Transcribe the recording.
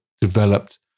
developed